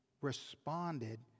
responded